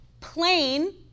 plain